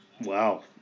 wow